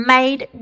Made